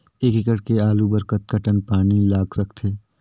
एक एकड़ के आलू बर कतका टन पानी लाग सकथे?